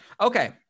Okay